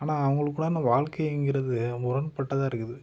ஆனால் அவங்களுக்குலா அந்த வாழ்க்கைங்கிறது முரண்பட்டதாக இருக்குது